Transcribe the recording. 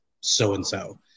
so-and-so